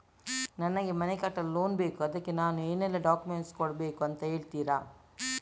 ನನಗೆ ಮನೆ ಕಟ್ಟಲು ಲೋನ್ ಬೇಕು ಅದ್ಕೆ ನಾನು ಏನೆಲ್ಲ ಡಾಕ್ಯುಮೆಂಟ್ ಕೊಡ್ಬೇಕು ಅಂತ ಹೇಳ್ತೀರಾ?